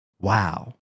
wow